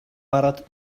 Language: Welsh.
barod